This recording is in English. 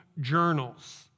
journals